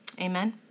Amen